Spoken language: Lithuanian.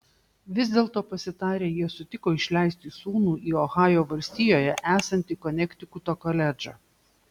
vis dėlto pasitarę jie sutiko išleisti sūnų į ohajo valstijoje esantį konektikuto koledžą